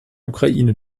ukraine